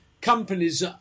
companies